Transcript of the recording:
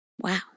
Wow